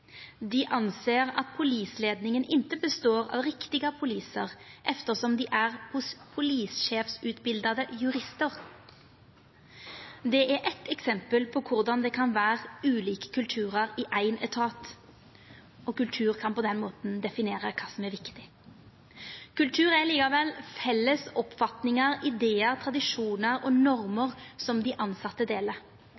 anser at polisledningen inte består av riktiga poliser, eftersom de är polischefsutbildade jurister.» Det er eitt eksempel på korleis det kan vera ulike kulturar i éin etat. Kultur kan på den måten definera kva som er viktig. Kultur er likevel «felles oppfatningar, idear, tradisjonar og